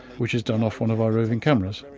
which is done off one of our roving cameras.